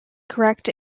correct